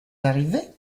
arrivé